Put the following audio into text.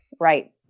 right